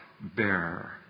bearer